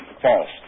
false